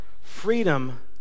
freedom